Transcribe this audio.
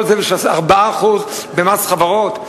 כל זה בשביל 4% במס חברות?